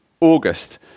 August